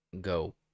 Go